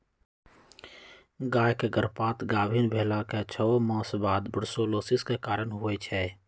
गाय के गर्भपात गाभिन् भेलाके छओ मास बाद बूर्सोलोसिस के कारण होइ छइ